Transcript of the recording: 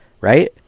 right